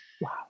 Wow